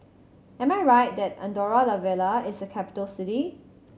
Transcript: am I right that Andorra La Vella is a capital city